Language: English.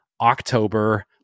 October